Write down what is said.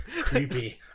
Creepy